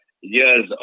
years